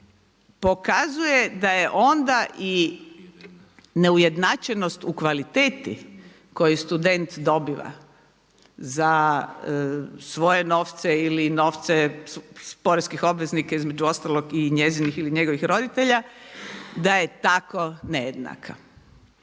pokazuje da je onda i neujednačenost u kvaliteti koju student dobiva za svoje novce ili novce poreznih obveznika između ostalog i njezinih ili njegovih roditelja da je tako nejednaka.